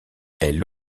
elle